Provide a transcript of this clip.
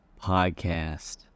podcast